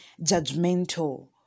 judgmental